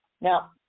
Now